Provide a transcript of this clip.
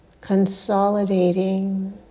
consolidating